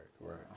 right